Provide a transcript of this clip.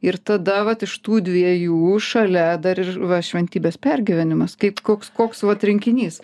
ir tada vat iš tų dviejų šalia dar ir va šventybės pergyvenimas kaip koks koks vat rinkinys